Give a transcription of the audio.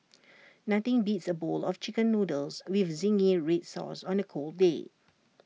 nothing beats A bowl of Chicken Noodles with Zingy Red Sauce on A cold day